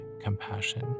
compassion